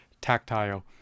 tactile